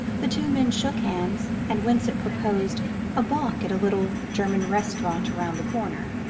the two men shook hands, and winsett proposed a bock at a little german restaurant around the corner.